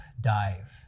Dive